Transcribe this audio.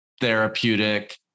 therapeutic